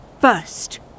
first